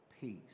peace